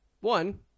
One